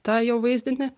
tą jo vaizdinį